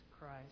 Christ